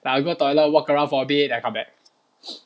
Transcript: like I'll go toilet walk around for a bit then come back